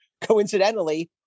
coincidentally